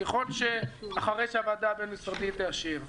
ככל שאחרי שהוועדה הבין משרדית תאשר,